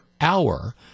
hour